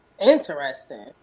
Interesting